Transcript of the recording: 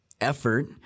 effort